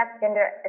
gender